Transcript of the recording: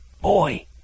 Boy